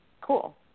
Cool